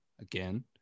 again